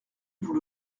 vous